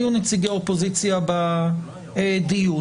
והיו נציגי אופוזיציה בדיון.